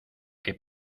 que